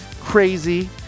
crazy